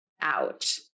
out